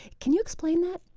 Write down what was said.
can you explain that?